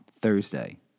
Thursday